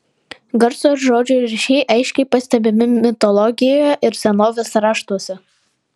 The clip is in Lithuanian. garso ir žodžio ryšiai aiškiai pastebimi mitologijoje ir senovės raštuose